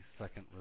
second